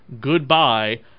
goodbye